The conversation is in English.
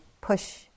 push